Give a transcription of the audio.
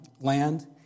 land